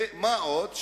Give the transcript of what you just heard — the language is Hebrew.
ומה עוד?